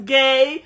gay